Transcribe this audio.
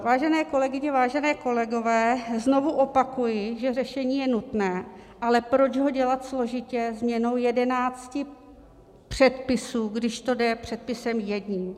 Vážené kolegyně, vážení kolegové, znovu opakuji, že řešení je nutné, ale proč ho dělat složitě změnou jedenácti předpisů, když to jde předpisem jedním.